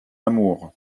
amour